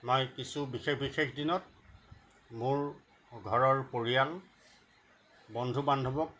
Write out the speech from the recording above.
মই কিছু বিশেষ বিশেষ দিনত মোৰ ঘৰৰ পৰিয়াল বন্ধু বান্ধৱক